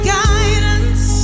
guidance